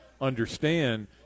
understand